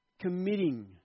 committing